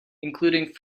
including